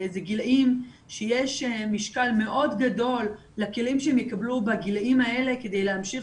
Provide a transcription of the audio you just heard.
זה גילאים שיש משקל מאוד גדול לכלים שהם יקבלו כדי להמשיך